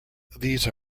these